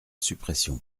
suppression